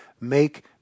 make